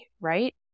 right